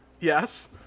yes